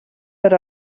per